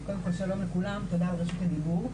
קודם כל, שלום לכולם ותודה על רשות הדיבור.